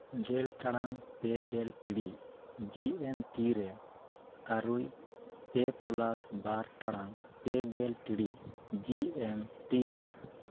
ᱜᱮᱞ ᱴᱟᱲᱟᱝ ᱯᱮ ᱜᱮᱞ ᱴᱤᱲᱤᱡ ᱡᱤ ᱮᱢ ᱴᱤ ᱨᱮ ᱟᱹᱨᱩᱭ ᱯᱮ ᱯᱞᱟᱥ ᱵᱟᱨ ᱴᱟᱲᱟᱝ ᱯᱮ ᱜᱮᱞ ᱴᱤᱲᱤᱡ ᱡᱤ ᱮᱢ ᱴᱤ ᱨᱮ